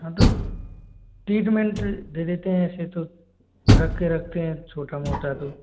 हाँ तो ट्रीटमेंट दे देते हैं ऐसे तो रखते ही रखते हैं छोटा मोटा तो